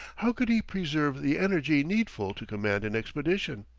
how could he preserve the energy needful to command an expedition?